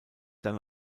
dann